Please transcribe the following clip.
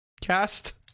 cast